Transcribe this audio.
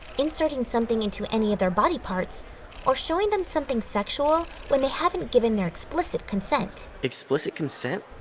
inserting something into any of their body parts or showing them something sexual when they haven't given their explicit consent. explicit consent?